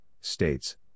States